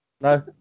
No